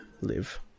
live